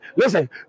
listen